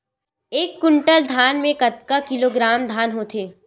एक कुंटल धान में कतका किलोग्राम धान होथे?